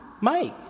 Mike